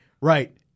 right